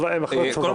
חבר הכנסת סובה.